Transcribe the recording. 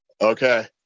Okay